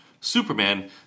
Superman